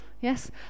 Yes